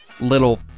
little